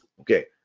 Okay